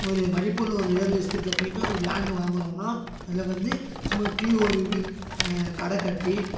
ஒரு மதிப்புள்ள ஒரு ரியல் எஸ்டேட்டில் போய்ட்டு ஒரு லேண்டு வாங்குகிறோம்னா அதில் வந்து சும்மா கீழே ஒரு கடை கட்டி